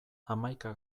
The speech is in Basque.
hamaika